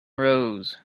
rose